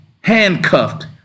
handcuffed